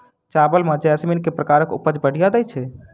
चावल म जैसमिन केँ प्रकार कऽ उपज बढ़िया दैय छै?